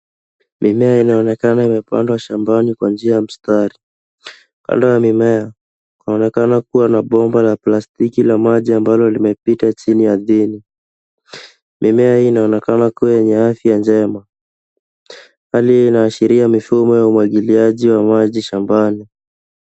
Mimea inaonekana imepandwa shambani kwa njia ya mstari. Kando ya mimea kunaonekana kuwa na bomba la plastiki na maji ambalo limepita chini ardhini. Mimea hii inaonekana kuwa yenye afya njema. Hali hii inaashiria mifumo ya umwagiliaji wa maji shambani.